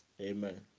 Amen